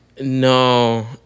No